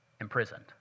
imprisoned